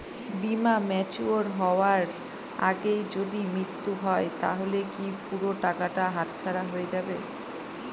বীমা ম্যাচিওর হয়ার আগেই যদি মৃত্যু হয় তাহলে কি পুরো টাকাটা হাতছাড়া হয়ে যাবে?